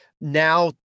Now